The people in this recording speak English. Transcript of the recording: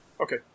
Okay